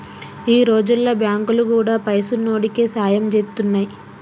ఈ రోజుల్ల బాంకులు గూడా పైసున్నోడికే సాయం జేత్తున్నయ్